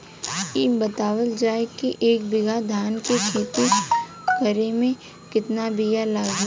इ बतावल जाए के एक बिघा धान के खेती करेमे कितना बिया लागि?